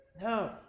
No